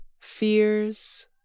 fears